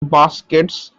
baskets